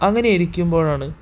അങ്ങനെയിരിക്കുമ്പോഴാണ്